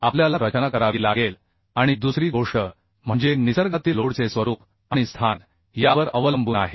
आपल्याला रचना करावी लागेल आणि दुसरी गोष्ट म्हणजे निसर्गातील लोड चे स्वरूप आणि स्थान यावर अवलंबून आहे